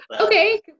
Okay